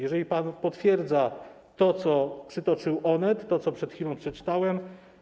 Jeżeli pan potwierdza to, co przytoczył Onet, to, co przed chwilą przeczytałem.